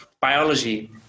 biology